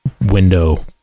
window